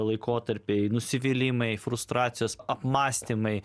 laikotarpiai nusivylimai frustracijos apmąstymai